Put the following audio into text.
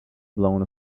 blown